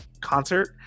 concert